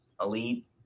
elite